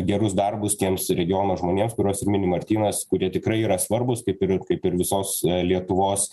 gerus darbus tiems regiono žmonėms kuriuos ir mini martynas kurie tikrai yra svarbūs kaip ir kaip ir visos lietuvos